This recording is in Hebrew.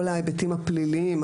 כל ההיבטים הפליליים,